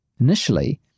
Initially